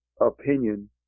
opinion